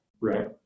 right